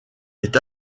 est